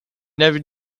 never